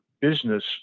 business